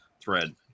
thread